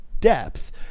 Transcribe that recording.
depth